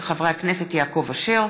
של חברי הכנסת יעקב אשר,